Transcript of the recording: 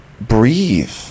breathe